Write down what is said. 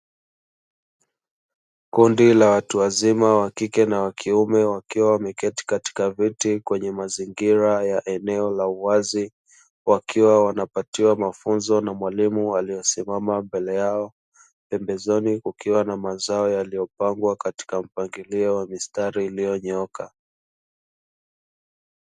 Kundi la watu wazima (wa kike na wa kiume) wakiwa wameketi katika viti kwenye mazingira ya eneo la uwazi, wakiwa wanapatiwa mafunzo na mwalimu aliyesimama mbele yao, pembezoni kukiwa na mazao yaliyopangwa katika mpangilio wa mistari iliyonyooka.